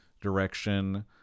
direction